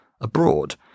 abroad